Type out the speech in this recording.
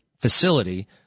facility